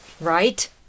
Right